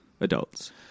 Adults